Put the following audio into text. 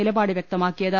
നിലപാട് വ്യക്തമാക്കിയത്